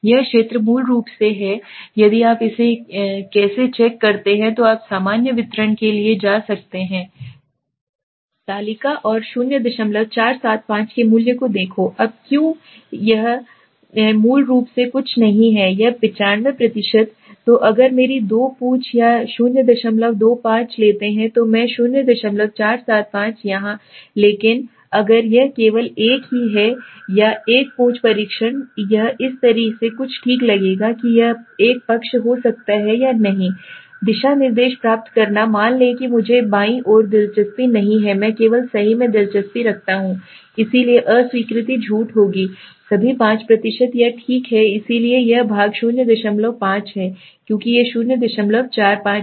यह क्षेत्र मूल रूप से है यदि आप इसे कैसे चेक करते हैं तो आप सामान्य वितरण के लिए जा सकते हैं तालिका और 0475 के मूल्य को देखो अब क्यों यह 0475 है अब 0475 x 2 मूल रूप से कुछ भी नहीं है 95 तो अगर मेरी दो पूंछ या 025 025 लेते हैं तो मैं 0475 यहाँ 0475 लेकिन अगर यह केवल एक ही है या एक पूंछ परीक्षण यह इस तरह से कुछ ठीक लगेगा कि यह पक्ष हो सकता है कि मैं नहीं हूं दिशा निर्देश प्राप्त करना मान लें कि मुझे बाईं ओर दिलचस्पी नहीं है मैं केवल सही में दिलचस्पी रखता हूं इसलिए अस्वीकृति झूठ होगी सभी 5 यहां ठीक हैं इसलिए यह भाग 05 है क्योंकि यह 045 है